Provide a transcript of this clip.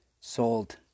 sold